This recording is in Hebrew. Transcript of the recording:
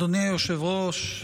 אדוני היושב-ראש,